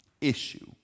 issue